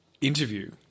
interview